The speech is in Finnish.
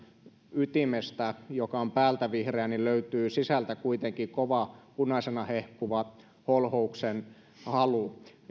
ytimestä joka on päältä vihreä löytyy sisältä kuitenkin kova punaisena hehkuva holhouksen halu